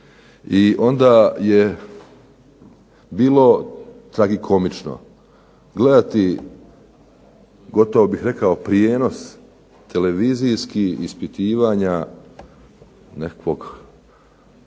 i onda je bilo tragikomično gledati gotovo bih rekao prijenos televizijski, ispitivanja nekakvog